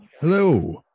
Hello